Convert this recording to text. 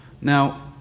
Now